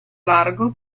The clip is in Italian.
largo